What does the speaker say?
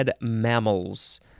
mammals